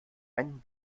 einen